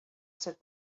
said